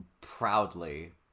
proudly